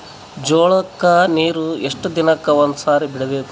ಜೋಳ ಕ್ಕನೀರು ಎಷ್ಟ್ ದಿನಕ್ಕ ಒಂದ್ಸರಿ ಬಿಡಬೇಕು?